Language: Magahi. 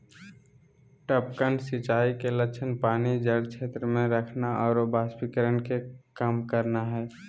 टपकन सिंचाई के लक्ष्य पानी जड़ क्षेत्र में रखना आरो वाष्पीकरण के कम करना हइ